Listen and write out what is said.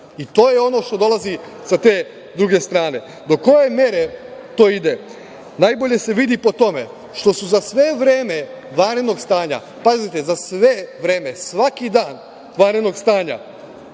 je ono što dolazi sa te druge strane. Do koje mere to ide najbolje se vidi po tome što su za sve vreme vanrednog stanja, pazite, za se vreme, svaki dan vanrednog stanja